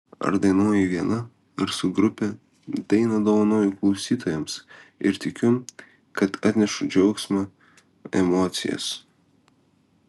ar dainuoju viena ar su grupe dainą dovanoju klausytojams ir tikiu kad atnešu džiaugsmą emocijas